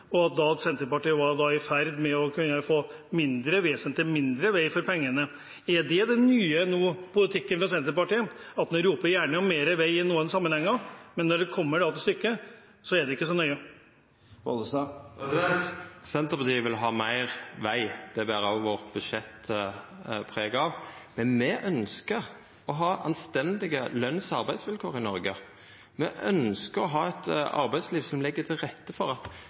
Senterpartiet da var i ferd med å kunne få vesentlig mindre vei for pengene. Er det den nye politikken fra Senterpartiet nå, at en gjerne roper om mer vei i noen sammenhenger, men når det kommer til stykket, er det ikke så nøye? Senterpartiet vil ha meir veg. Det ber òg budsjettet vårt preg av. Men me ønskjer å ha anstendige løns- og arbeidsvilkår i Noreg. Me ønskjer å ha eit arbeidsliv som legg til rette for at